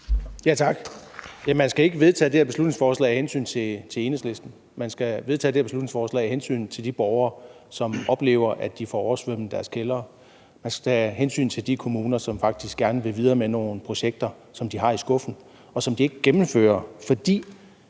Tak. Man skal ikke vedtage det her beslutningsforslag af hensyn til Enhedslisten. Man skal vedtage det her beslutningsforslag af hensyn til de borgere, som oplever, at de får oversvømmet deres kældre. Man skal tage hensyn til de kommuner, som faktisk gerne vil videre med nogle projekter, som de har i skuffen, og som de ikke gennemfører, fordi